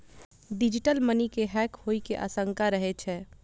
digital money के hack होइ के आशंका रहै छै